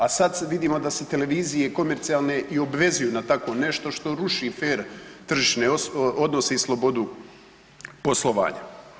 A sada vidimo da se televizije komercijalne i obvezuju na takvo nešto što ruši fer tržišne odnose i slobodu poslovanja.